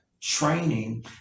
training